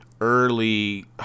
early